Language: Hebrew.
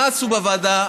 מה עשו בוועדה?